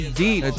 deep